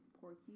Porky